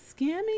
scamming